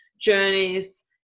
journeys